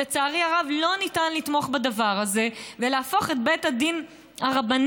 לצערי הרב לא ניתן לתמוך בדבר הזה ולהפוך את בית הדין הרבני,